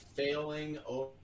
Failing